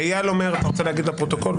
איל, אתה רוצה להגיד לפרוטוקול?